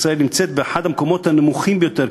ישראל נמצאת באחד המקומות הנמוכים ביותר,